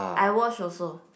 I watch also